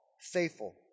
faithful